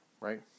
right